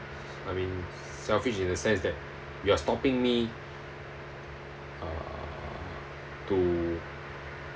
I mean selfish in the sense that you're stopping me uh to